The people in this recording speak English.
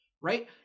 right